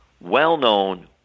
well-known